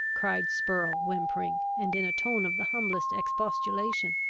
cried spurrel, whimpering, and in a tone of the humblest expostulation,